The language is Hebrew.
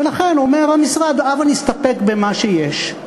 ולכן אומר המשרד: הבה נסתפק במה שיש,